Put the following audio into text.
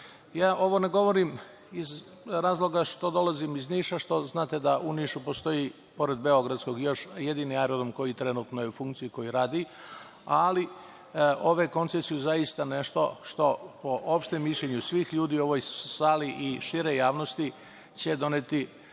Ovo ne govorim iz razloga što dolazim iz Niša, a znate da u Nišu postoji pored beogradskog još jedini aerodrom koji je trenutno u funkciji i koji radi, ali ove koncesije su zaista nešto što po opštem mišljenju svih ljudi u ovoj sali i široj javnosti će doneti